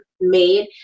made